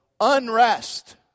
unrest